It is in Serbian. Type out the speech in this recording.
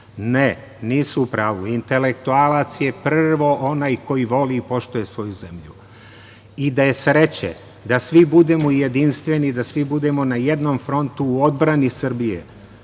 Ne, nisu u pravu. Intelektualac je prvo onaj koji voli i poštuje svoju zemlju. Da je sreće da svi budemo jedinstveni, da svi budemo na jednoj frontu u odbrani Srbije.